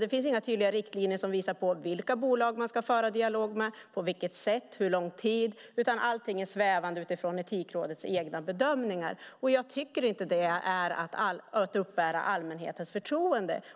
Det finns inga tydliga riktlinjer som visar på vilka bolag man ska föra dialog med, på vilket sätt eller hur lång tid. Allt är svävande utifrån Etikrådets egna bedömningar. Det är inte att uppbära allmänhetens förtroende.